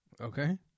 Okay